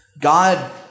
God